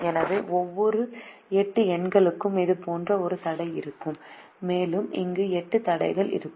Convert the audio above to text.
எனவே ஒவ்வொரு 8 எண்களுக்கும் அது போன்ற ஒரு தடை இருக்கும் மேலும் இங்கு 8 தடைகள் இருக்கும்